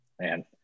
man